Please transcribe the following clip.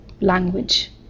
language